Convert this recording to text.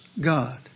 God